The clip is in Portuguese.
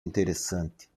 interessante